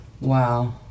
Wow